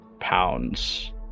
pounds